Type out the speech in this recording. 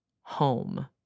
home